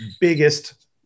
biggest